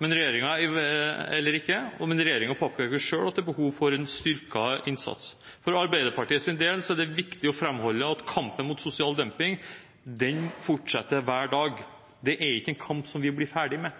Men regjeringen påpeker jo selv at det er behov for en styrket innsats. For Arbeiderpartiets del er det viktig å framholde at kampen mot sosial dumping fortsetter hver dag. Det er ikke en kamp som vi blir ferdig med.